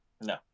No